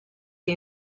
che